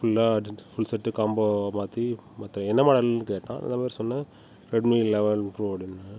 ஃபுல்லாக full set காம்போவாக மாற்றி மற்ற என்ன மாடல்னு கேட்டான் இதமாதிரி சொன்னேன் ரெட்மி லெவன் ப்ரோ அப்படின்னேன்